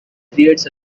creates